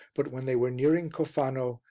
but when they were nearing cofano,